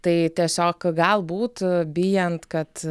tai tiesiog galbūt bijant kad